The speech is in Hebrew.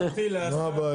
מה הבעיה?